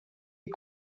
est